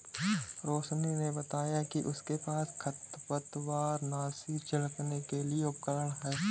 रोशिनी ने बताया कि उसके पास खरपतवारनाशी छिड़कने के लिए उपकरण है